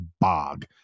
bog